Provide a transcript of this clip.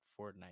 Fortnite